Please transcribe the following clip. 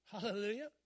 Hallelujah